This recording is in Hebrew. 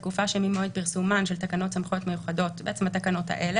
בתקופה שממועד פרסומן של תקנות סמכויות מיוחדות להתמודדות